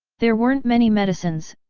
there weren't many medicines,